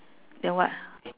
then what